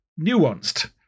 nuanced